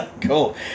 Cool